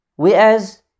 Whereas